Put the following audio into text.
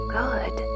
good